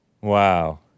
Wow